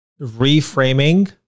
reframing